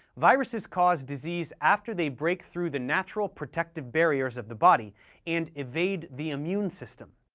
viruses cause disease after they break through the natural protective barriers of the body and evade the immune system.